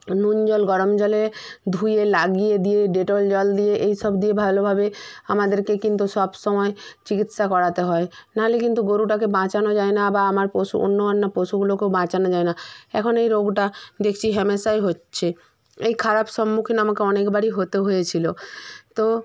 নুন জল গরম জলে ধুয়ে লাগিয়ে দিয়ে ডেটল জল দিয়ে এই সব দিয়ে ভালোভাবে আমাদেরকে কিন্তু সব সময় চিকিৎসা করাতে হয় নাহলে কিন্তু গোরুটাকে বাঁচানো যায় না বা আমার পশু অন্যান্য পশুগুলোকেও বাঁচানো যায় না এখন এই রোগটা দেখছি হ্যামেশাই হচ্চে এই খারাপ সম্মুখীন আমাকে অনেক বারই হতে হয়েছিলো তো